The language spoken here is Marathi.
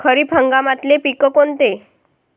खरीप हंगामातले पिकं कोनते?